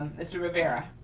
mr. rivera.